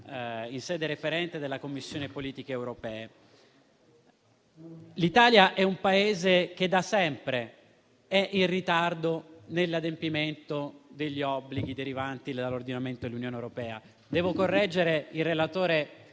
in sede referente nella Commissione politiche europee. L'Italia è un Paese che da sempre è in ritardo nell'adempimento degli obblighi derivanti dall'ordinamento dell'Unione europea. Devo correggere il relatore